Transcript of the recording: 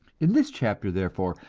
in this chapter, therefore,